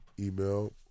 email